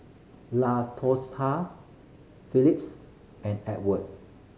Latosha Phillis and Edward